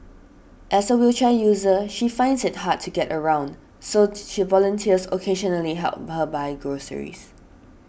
as a wheelchair user she finds it hard to get around so volunteers occasionally help her buy groceries